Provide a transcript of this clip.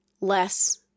less